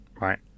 right